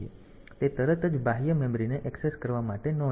તેથી તે તરત જ બાહ્ય મેમરીને ઍક્સેસ કરવા માટે ન જાય